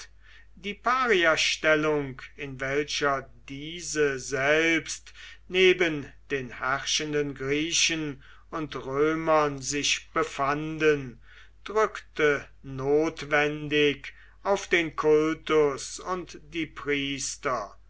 die pariastellung in welcher diese selbst neben den herrschenden griechen und römern sich befanden drückte notwendig auf den kultus und die priester